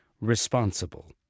responsible